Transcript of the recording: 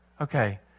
Okay